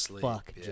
fuck